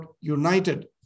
united